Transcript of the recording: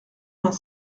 vingt